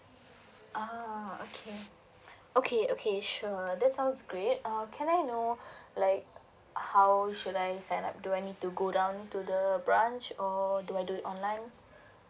ah okay okay okay sure that sounds great um can I know like how should I sign up do I need to go down to the branch or do I do it online